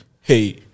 hey